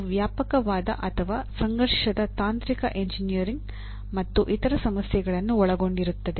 ಅವು ವ್ಯಾಪಕವಾದ ಅಥವಾ ಸಂಘರ್ಷದ ತಾಂತ್ರಿಕ ಎಂಜಿನಿಯರಿಂಗ್ ಮತ್ತು ಇತರ ಸಮಸ್ಯೆಗಳನ್ನು ಒಳಗೊಂಡಿರುತ್ತವೆ